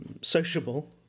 sociable